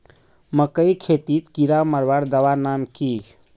मकई खेतीत कीड़ा मारवार दवा नाम की?